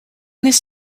this